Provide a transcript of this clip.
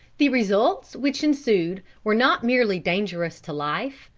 the results which ensued were not merely dangerous to life,